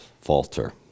falter